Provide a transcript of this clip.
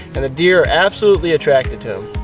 and the deer are absolutely attracted to